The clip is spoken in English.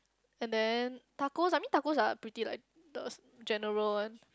and then tacos I mean tacos are pretty like the general one